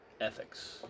ethics